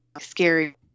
scary